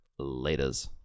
Laters